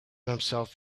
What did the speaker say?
himself